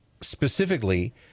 specifically